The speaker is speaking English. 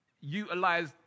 utilize